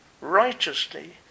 Righteously